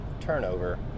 turnover